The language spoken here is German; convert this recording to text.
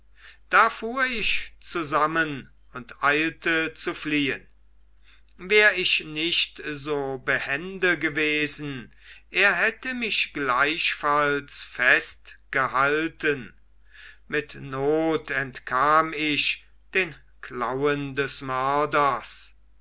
da fuhr ich zusammen und eilte zu fliehen wär ich nicht so behende gewesen er hätte mich gleichfalls festgehalten mit not entkam ich den klauen des mörders